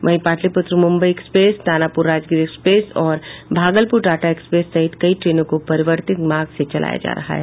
वहीं Pataliputra Mumbai express Danapur Rajgir express और Bhagalpur Tata express सहित कई ट्रेनों को परिवर्तित मार्ग से चलाया जा रहा है